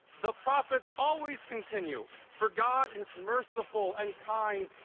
the prophets always continue for god is merciful and kind,